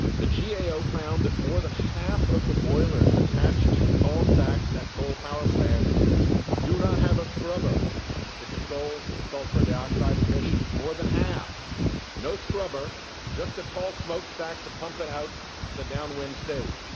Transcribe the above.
the g a o. found that more than half of the boilers attached to tall stacks at coal power plants do not have a scrubber to control sulfur dioxide emissions. more than half no scrubber, just a tall smokestack to pump it out to the downwind state.